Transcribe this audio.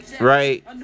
right